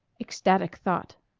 ecstatic thought!